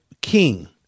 king